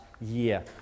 year